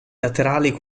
laterali